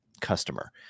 customer